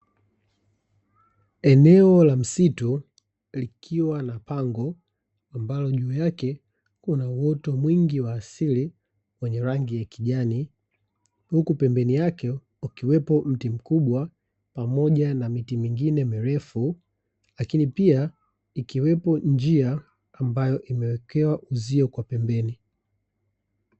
Eneo la msitu likiwa na pango, ambalo juu yake kuna uoto mwingi wa asili wenye rangi ya kijani, huku pembeni yake ukiwepo mti mkubwa pamoja na miti mingine mirefu, lakini pia ikiwepo njia mbayo imewekewa uzio kwa pembeni.